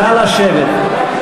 נא לשבת.